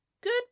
Good